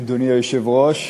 אדוני היושב-ראש,